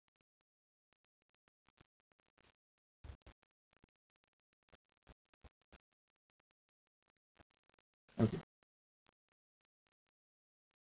okay